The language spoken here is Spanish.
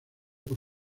por